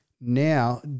now